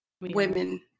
Women